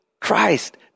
Christ